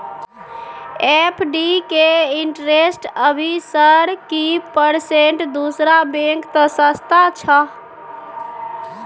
FD के interest अभी sir की परसेंट दूसरा बैंक त सस्ता छः?